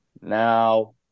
Now